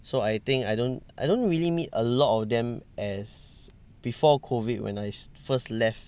so I think I don't I don't really meet a lot of them as before COVID when I first left